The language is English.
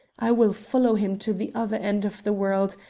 i will follow him to the other end of the world,